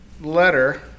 letter